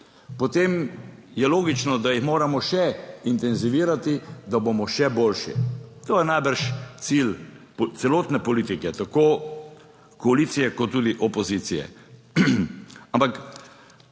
potem je logično, da jih moramo še intenzivirati, da bomo še boljši. To je najbrž cilj celotne politike, tako koalicije kot tudi 9.